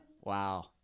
Wow